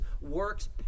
works